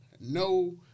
No